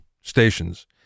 stations